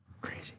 crazy